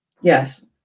Yes